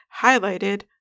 highlighted